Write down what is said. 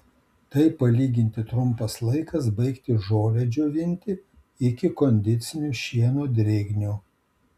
tai palyginti trumpas laikas baigti žolę džiovinti iki kondicinio šieno drėgnio